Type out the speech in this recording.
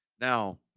Now